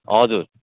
हजुर